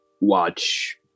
watch